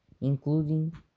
including